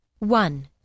One